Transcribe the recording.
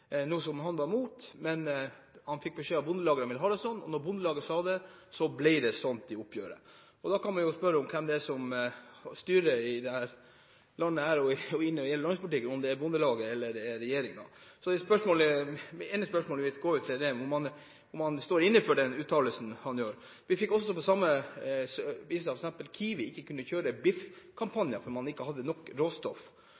han var mot, men han fikk beskjed fra Bondelaget at de ville ha det sånn. Når Bondelaget sa det, så ble det sånn i oppgjøret. Da kan man jo spørre om hvem det er som styrer i dette landet når det gjelder landbrukspolitikken – om det er Bondelaget eller regjeringen. Det ene spørsmålet mitt er om statsråden står inne for den uttalelsen. Det viste seg også at KIWI ikke kunne kjøre biff-kampanje fordi man